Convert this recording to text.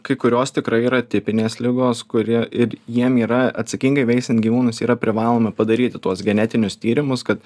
kai kurios tikrai yra tipinės ligos kurie ir jiem yra atsakingai veisiant gyvūnus yra privaloma padaryti tuos genetinius tyrimus kad